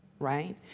right